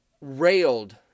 railed